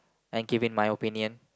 I'm giving my opinion